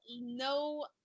no